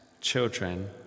children